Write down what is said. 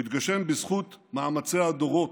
הוא התגשם בזכות מאמצי הדורות.